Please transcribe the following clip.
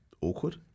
awkward